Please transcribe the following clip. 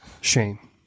shame